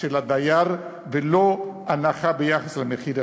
של הדייר, ולא הנחה ביחס למחיר השוק.